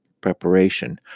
preparation